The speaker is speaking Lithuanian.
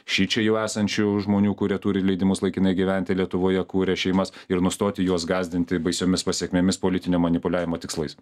šičia jau esančių žmonių kurie turi leidimus laikinai gyventi lietuvoje kuria šeimas ir nustoti juos gąsdinti baisiomis pasekmėmis politinio manipuliavimo tikslais